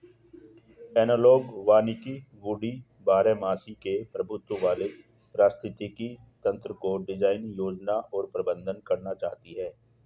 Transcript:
analogue वानिकी वुडी बारहमासी के प्रभुत्व वाले पारिस्थितिक तंत्रको डिजाइन, योजना और प्रबंधन करना चाहती है